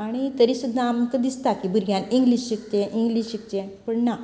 आणी तरी सुद्दां आमकां दिसता भुरग्यांनी इंग्लिश शिकचे इंग्लिश शिकचे पूण ना